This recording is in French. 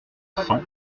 cent